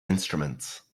instruments